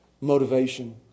motivation